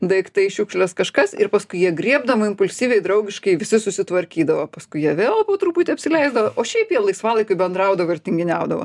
daiktai šiukšlės kažkas ir paskui jie griebdavo impulsyviai draugiškai visi susitvarkydavo paskui jie vėl po truputį apsileidavo o šiaip jie laisvalaikiu bendraudavo ir tinginiaudavo